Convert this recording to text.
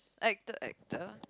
actor actor